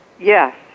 Yes